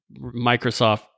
Microsoft